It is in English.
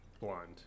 blonde